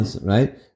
right